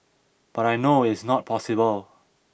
but I know is not possible